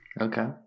Okay